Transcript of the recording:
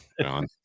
John